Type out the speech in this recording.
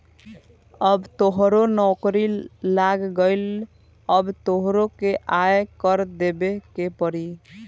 अब तोहरो नौकरी लाग गइल अब तोहरो के आय कर देबे के पड़ी